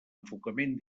enfocament